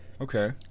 Okay